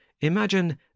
Imagine